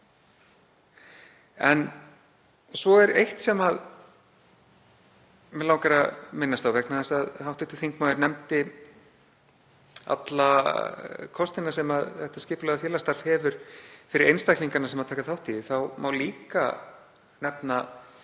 Svo er eitt sem mig langar að minnast á vegna þess að hv. þingmaður nefndi alla kostina sem þetta skipulega félagsstarf hefur fyrir einstaklingana sem taka þátt í því. Þá má líka nefna,